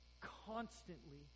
constantly